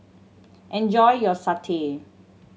enjoy your satay